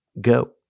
go